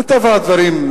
מטבע הדברים,